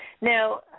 Now